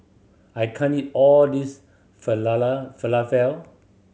I can't eat all this Falafel